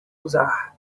usar